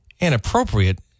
inappropriate